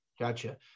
Gotcha